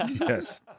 Yes